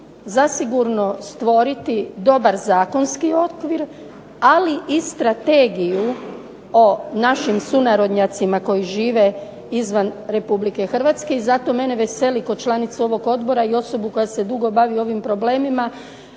zasigurno stvoriti dobar zakonski okvir ali i strategiju o našim sunarodnjacima koji žive izvan Republike Hrvatske i zato mene veseli kao članicu ovog Odbora i osobu koja se bavi dugo ovim problemima